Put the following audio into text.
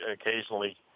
occasionally